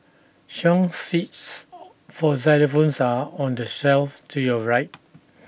song sheets for xylophones are on the shelf to your right